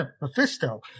Mephisto